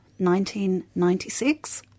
1996